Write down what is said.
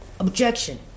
Objection